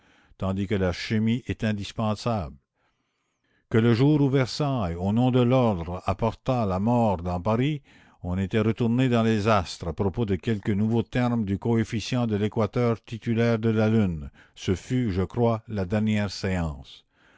tandis que la chimie est indispensable que le jour où versailles au nom de l'ordre apporta la mort dans paris on était retourné dans les astres à propos de quelques nouveaux termes du coefficient de l'équateur titulaire de la lune ce fut je crois la dernière séance